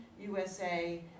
USA